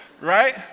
right